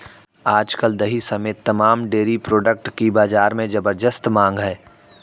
आज कल दही समेत तमाम डेरी प्रोडक्ट की बाजार में ज़बरदस्त मांग है